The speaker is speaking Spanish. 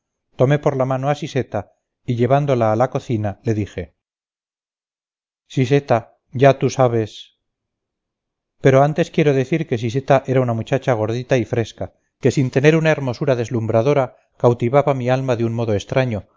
tomé por la mano a siseta y llevándola a la cocina le dije siseta ya tú sabes pero antes quiero decir que siseta era una muchacha gordita y fresca que sin tener una hermosura deslumbradora cautivaba mi alma de un modo extraño